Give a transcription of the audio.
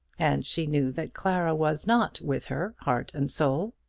and she knew that clara was not with her, heart and soul.